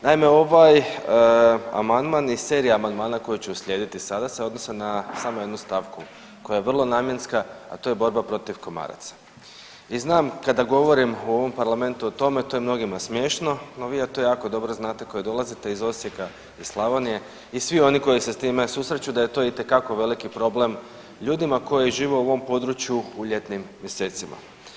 Naime, ovaj amandman i serija amandmana koji će uslijediti sada se odnose samo na jednu stavku koja je vrlo namjenska, a to je borba protiv komaraca i znam kada govorim u ovom parlamentu o tome, to je mnogima smiješno, no vi to jako dobro znate koji dolazite iz Osijeka i Slavonije i svi oni koji se s time susreću da je to itekako veliki problem ljudima koji žive u ovom području u ljetnim mjesecima.